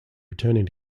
returning